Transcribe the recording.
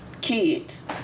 kids